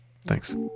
Thanks